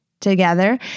together